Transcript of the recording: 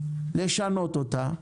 לשנות אותה,